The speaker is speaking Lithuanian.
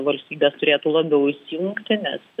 valstybės turėtų labiau įsijungti nes